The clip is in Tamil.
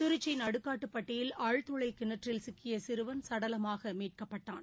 திருச்சி நடுக்காட்டுப்பட்டியில் ஆழ்துளை கிணற்றில் சிக்கிய சிறுவன் சுடலமாக மீட்கப்பட்டான்